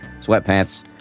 sweatpants